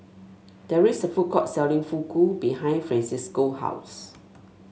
there is a food court selling Fugu behind Francisco house